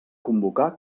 convocar